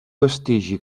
vestigi